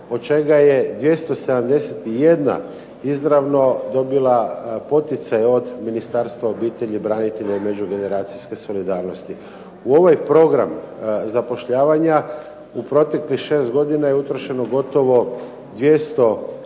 od čega je 271 izravno dobila poticaj od Ministarstva obitelji, branitelja i međugeneracijske solidarnosti. U ovaj program zapošljavanja u proteklih 6 godina je utrošeno gotovo 200